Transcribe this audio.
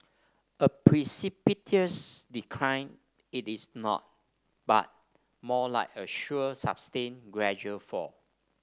a precipitous decline it is not but more like a sure sustained gradual fall